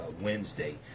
Wednesday